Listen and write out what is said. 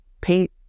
Paint